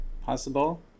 possible